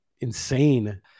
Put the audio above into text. insane